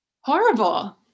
Horrible